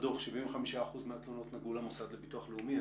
75% מהתלונות נגעו למוסד לביטוח לאומי.